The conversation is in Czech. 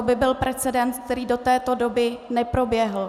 Byl by to precedens, který do této doby neproběhl.